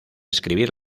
escribir